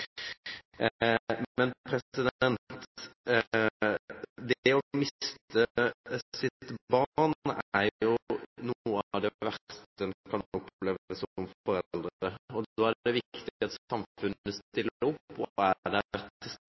Det å miste sitt barn er noe av det verste en kan oppleve som foreldre. Da er det viktig at samfunnet stiller opp og er til stede for foreldrene, og også for andre pårørende. Det